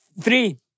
Three